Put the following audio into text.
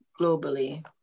globally